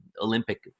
Olympic